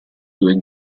due